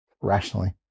rationally